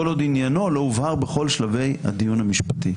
עוד עניינו לא הובהר בכל שלבי הדיון המשפטי.